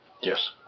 Yes